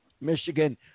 Michigan